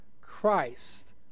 Christ